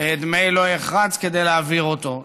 דמי לא יחרץ כדי להעביר אותו,